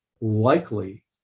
likely